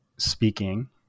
speaking